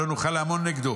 לא נוכל לעמוד נגדו